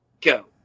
go